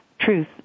truth